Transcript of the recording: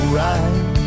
right